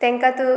तांकां तूं